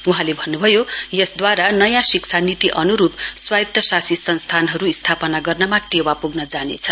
वहाँले भन्नुभयो यसदूवारा नयाँ शिक्षा नीति अनुरुप स्वायत्तशासी संस्थानहरु स्थापना गर्नमा टेवा पुग्न जानेछ